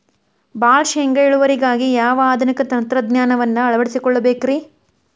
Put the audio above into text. ಭಾಳ ಶೇಂಗಾ ಇಳುವರಿಗಾಗಿ ಯಾವ ಆಧುನಿಕ ತಂತ್ರಜ್ಞಾನವನ್ನ ಅಳವಡಿಸಿಕೊಳ್ಳಬೇಕರೇ?